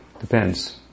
depends